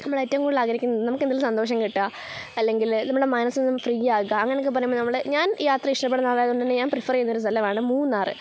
നമ്മൾ ഏറ്റവും കൂടുതൽ ആഗ്രഹിക്കുന്നത് നമുക്ക് എന്തെങ്കിലും സന്തോഷം കിട്ടുക അല്ലെങ്കിൽ നമ്മുടെ മനസ്സ് ഒന്ന് ഫ്രീ ആവുക അങ്ങനെയൊക്കെ പറയുമ്പോൾ നമ്മൾ ഞാൻ യാത്ര ഇഷ്ടപ്പെടുന്ന ആൾ ആയതുകൊണ്ട് തന്നെ ഞാൻ പ്രിഫർ ചെയ്യുന്ന ഒരു സ്ഥലമാണ് മൂന്നാർ